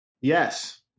Yes